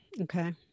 okay